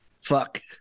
Fuck